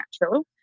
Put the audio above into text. natural